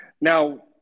Now